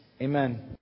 Amen